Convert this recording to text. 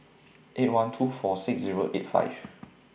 eight one two four six Zero eight five